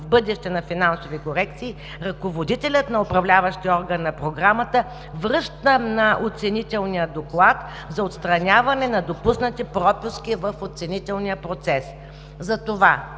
налагане на финансови корекции в бъдеще, ръководителят на Управляващият орган на Програмата връща оценителния доклад за отстраняване на допуснати пропуски в оценителния процес.